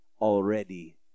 already